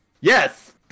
Yes